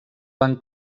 van